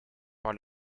par